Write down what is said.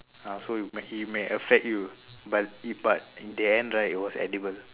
ah so it may so it may affect you but in but in the end right it was edible